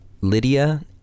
Lydia